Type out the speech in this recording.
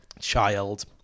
child